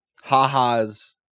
ha-has